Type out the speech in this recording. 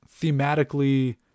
thematically